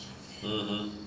(uh huh)